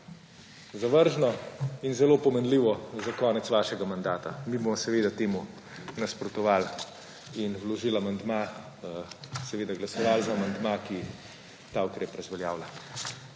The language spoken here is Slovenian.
Zavržno in zelo pomenljivo za konec vašega mandata. Mi bomo seveda temu nasprotovali in vložili amandma, seveda glasovali za amandma, ki ta ukrep razveljavlja.